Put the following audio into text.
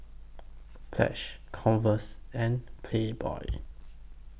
Pledge Converse and Playboy